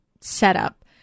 setup